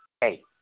hey